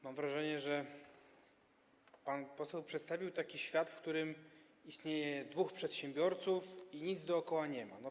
Mam wrażenie, że pan poseł przedstawił taki świat, w którym istnieje dwóch przedsiębiorców i dookoła nic nie ma.